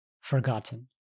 forgotten